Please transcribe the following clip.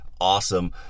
awesome